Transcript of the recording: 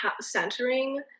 centering